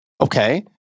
Okay